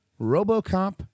Robocop